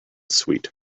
sweet